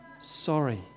sorry